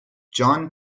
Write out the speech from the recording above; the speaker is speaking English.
john